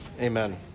Amen